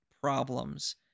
problems